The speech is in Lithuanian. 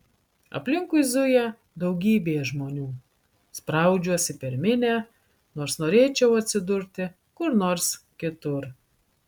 aplinkui zuja daugybė žmonių spraudžiuosi per minią nors norėčiau atsidurti kur nors kitur